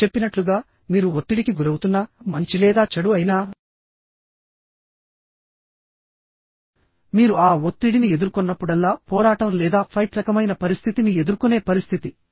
నేను చెప్పినట్లుగా మీరు ఒత్తిడికి గురవుతున్నా మంచి లేదా చెడు అయినా మీరు ఆ ఒత్తిడిని ఎదుర్కొన్నప్పుడల్లా పోరాటం లేదా ఫైట్ రకమైన పరిస్థితిని ఎదుర్కొనే పరిస్థితి